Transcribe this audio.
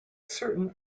certain